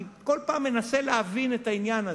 אני כל פעם מנסה להבין את העניין הזה.